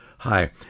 Hi